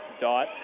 dot